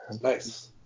Nice